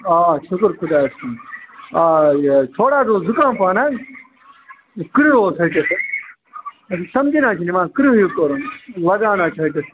آ آ شُکُر خۄدایَس کُن آ یہِ حَظ تھوڑا روٗد زُکام پَہن حَظ کرُہہ اوس ہٹِس حَظ سمجی نہِ حَظ چھُ نہٕ یِوان کرِہہ ہِیو کوٚرُن لگان حَظ چھُ ہٹِس